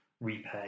repay